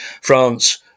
France